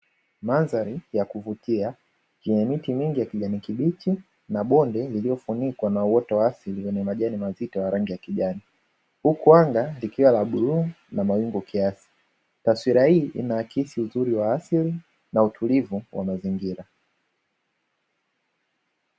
Mandhari ya kuvutia yenye miti mingi ya kijani kibichi, na bonde lililofunikwa na uoto wa asili lenye majani mazito ya rangi ya kijani, huku anga likiwa la bluu na mawingu kiasi. Taswira hii inaakisi uzuri wa asili na kuakisi uzuri wa mazingira.